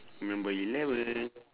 number eleven